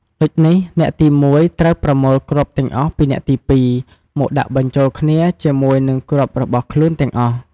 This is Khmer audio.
ដូចនេះ អ្នកទី១ ត្រូវប្រមូលគ្រាប់ទាំងអស់ពីអ្នកទី២ មកដាក់បញ្ចូលគ្នាជាមួយនឹងគ្រាប់របស់ខ្លួនទាំងអស់។